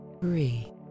three